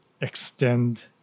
extend